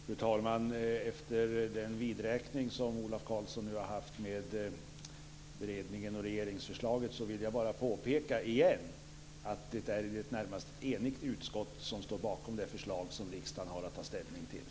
Fru talman! Efter Ola Karlssons vidräkning här med beredningen och regeringsförslaget vill jag bara återigen påpeka att det är ett i det närmaste enigt utskott som står bakom det förslag som riksdagen har att ta ställning till.